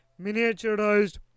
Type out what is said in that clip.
miniaturized